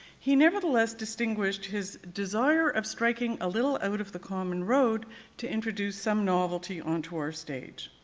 he nevertheless distinguished his desire of striking a little out of the common road to introduce some novelty on to our stage.